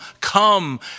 come